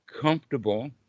comfortable